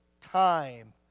time